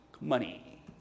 money